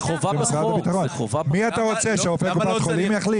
את מי אתה רוצה, שרופא קופת חולים יחליט?